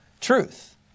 truth